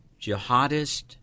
jihadist